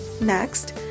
Next